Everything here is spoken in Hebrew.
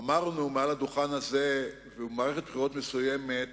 אמרנו מעל הדוכן הזה, ובמערכת בחירות מסוימת